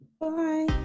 Bye